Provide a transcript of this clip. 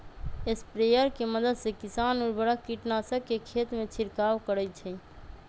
sprayer के मदद से किसान उर्वरक, कीटनाशक के खेतमें छिड़काव करई छई